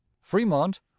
Fremont